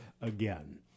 again